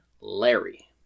Larry